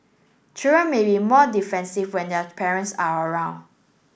children may be more defensive when their parents are around